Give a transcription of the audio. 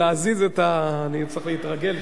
אני צריך להתרגל שאתה לא מימיני,